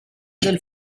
del